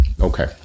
Okay